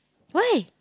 why